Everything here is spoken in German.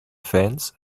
fans